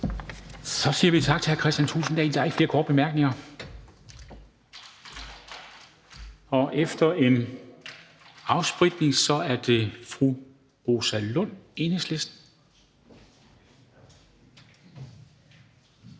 Så siger vi tak til hr. Kristian Thulesen Dahl. Der er ikke flere korte bemærkninger. Og efter en afspritning er det fru Rosa Lund, Enhedslisten.